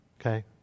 okay